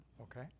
Okay